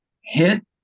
hit